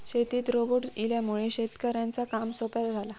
शेतीत रोबोट इल्यामुळे शेतकऱ्यांचा काम सोप्या झाला